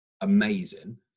amazing